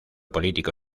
político